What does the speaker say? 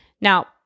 Now